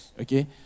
Okay